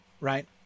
Right